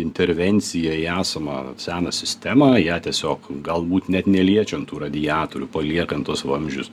intervencija į esamą seną sistemą ją tiesiog galbūt net neliečiant tų radiatorių paliekant tuos vamzdžius